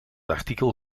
artikel